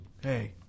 hey